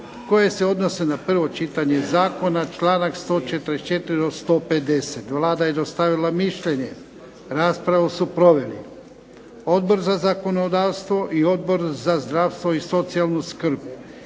koje se odnose na prvo čitanje zakona, članak 144. do 150. Vlada je dostavila mišljenje. Raspravu su proveli Odbor za zakonodavstvo i Odbor za zdravstvo i socijalnu skrb.